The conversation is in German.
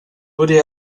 wurde